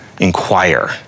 inquire